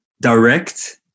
direct